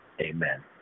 Amen